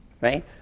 right